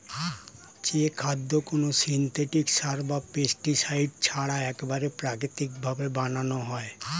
যে খাদ্য কোনো সিনথেটিক সার বা পেস্টিসাইড ছাড়া একবারে প্রাকৃতিক ভাবে বানানো হয়